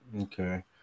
Okay